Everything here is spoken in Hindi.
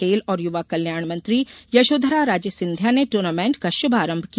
खेल और युवा कल्याण मंत्री यशोधरा राजे सिंधिया ने दूर्नामेंट का शुभारंभ किया